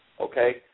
Okay